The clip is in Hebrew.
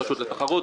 הרשות לתחרות,